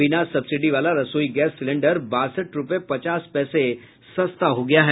बिना सब्सिडी वाला रसोई गैस सिलेंडर बासठ रूपये पचास पैसे सस्ता हो गया है